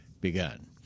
begun